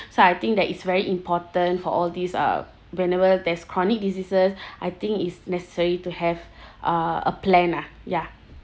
so I think that it's very important for all these uh whenever there's chronic diseases I think it's necessary to have uh a plan ah ya